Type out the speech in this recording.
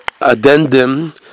addendum